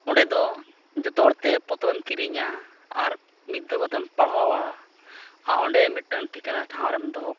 ᱚᱸᱰᱮᱫᱚ ᱡᱚᱛᱚ ᱦᱚᱲᱛᱮ ᱯᱚᱛᱚᱵᱮᱢ ᱠᱤᱨᱤᱧᱟ ᱟᱨ ᱢᱤᱫ ᱫᱷᱟᱹᱣ ᱠᱟᱛᱮᱢ ᱯᱟᱲᱦᱟᱣᱟ ᱟᱨ ᱚᱸᱰᱮ ᱢᱤᱫᱴᱟᱝ ᱴᱷᱤᱠᱟᱹᱱᱟ ᱴᱷᱟᱶᱨᱮᱢ ᱫᱚᱦᱚ ᱠᱟᱜᱼᱟ